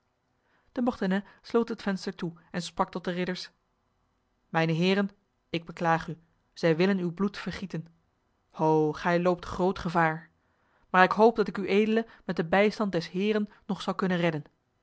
de mortenay sloot het venster toe en sprak tot de ridders mijne heren ik beklaag u zij willen uw bloed vergieten ho gij loopt groot gevaar maar ik hoop dat ik uedele met de bijstand des heren nog zal kunnen redden